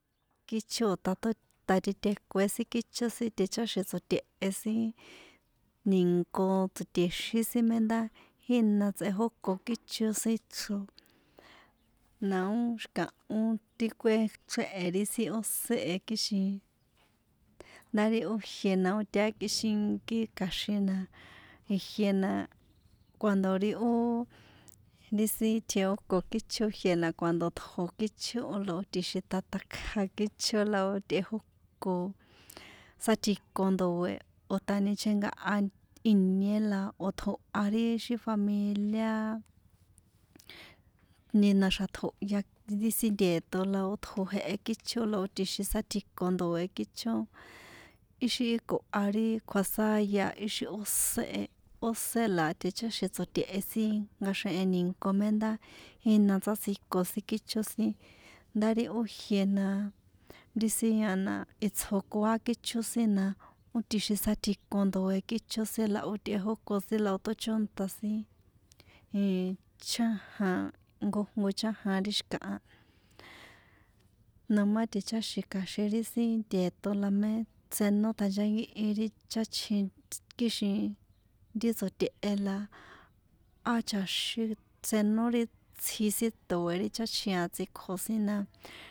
Kícho o̱ tá tó tá titekué kícho sin ticháxi̱n tsoṭehe sin ni̱nko tsoṭexín sin mé ndá jína tsiteko kícho sin ichro la ó xi̱kahó ti kuéchréhe̱ ri sin ósé e kixin ndá ri ó jie na ó tinkákíxinkí kja̱xin na ijie na cuando ri ó ri sin tjejóko kícho ijiena na cuando tjo kícho la ó tꞌejóko sátsjiko ndoe̱ o̱ ta ni chenkaha ìnie la o̱ tjoha ixi ri familia ni na̱xa̱ tjohya ti sin nteṭo̱ la ó tjo jehe kícho la ó tjixin sátsjiko ndoe̱ kícho ixi koha ri kjuasáya ixi ósé ósé la ticháxi̱n tsoṭe̱he sin nkaxenhen ni̱nko mé ndá jína sátsjiko sin kícho sin ndá ri ó jie na ri sin a na itsjokua kícho sin na ó tsjixin sátjiko ndoe̱ kícho sin la tꞌejóko kícho sin la ó tóchónta sin chájan jnkojnko chájan ti xi̱kaha namá ticháxi̱n kja̱xin ti sin nteṭo̱ la mé senó tjanchankíhi ri cháchjin kixin ri tsoṭehe la á chaxín senó ri tsji sin ndoe̱ ri cháchjin tsíkjo sin na.